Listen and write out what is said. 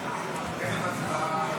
ההצבעה.